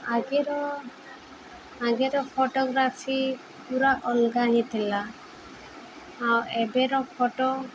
ଆଗର ଆଗର ଫଟୋଗ୍ରାଫି ପୁରା ଅଲଗା ହେଇଥିଲା ଆଉ ଏବେର ଫଟୋ